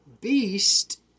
beast